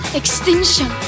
extinction